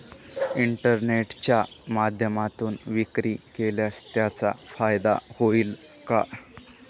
इंटरनेटच्या माध्यमातून विक्री केल्यास त्याचा फायदा होईल का?